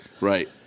Right